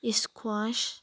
squash